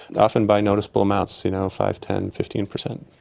often by noticeable amounts. you know, five, ten, fifteen per cent.